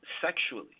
sexually